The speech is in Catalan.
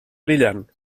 brillant